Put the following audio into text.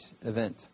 event